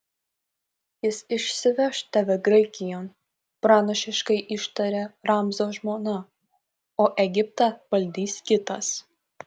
jis išsiveš tave graikijon pranašiškai ištarė ramzio žmona o egiptą valdys kitas